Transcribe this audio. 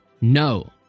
No